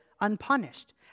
unpunished